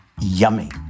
yummy